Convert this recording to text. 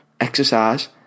exercise